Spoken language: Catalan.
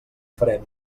farem